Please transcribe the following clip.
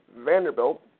Vanderbilt